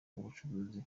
ubucuruzi